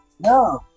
No